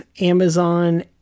Amazon